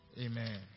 Amen